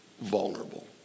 vulnerable